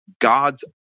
God's